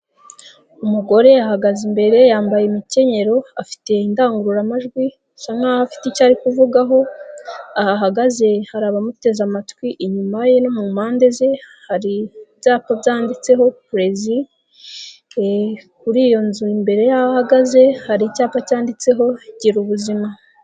Umugore ahagaze imbere yambaye imikenyero, afite indangururamajwi asa nkaho afite icyo ari kuvugaho, aho ahagaze hari abamuteze amatwi, inyuma ye no mu mpande ze hari ibyapa byanditseho, kuri iyo nzu imbere y'aho ahagaze hari icyapa cyanditseho ngo ''gira ubuzima''.